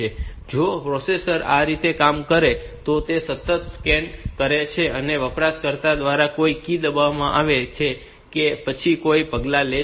હવે જો પ્રોસેસર આ રીતે કામ કરે છે અને તે સતત સ્કેન કરે છે કે વપરાશકર્તા દ્વારા કોઈ કી દબાવવામાં આવી છે કે કેમ અને પછી કોઈ પગલાં લે છે